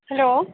hello